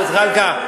חבר הכנסת זחאלקה,